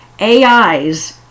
AIs